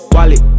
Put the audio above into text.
Wallet